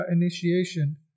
initiation